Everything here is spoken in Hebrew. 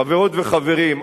חברות וחברים,